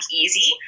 easy